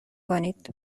کنید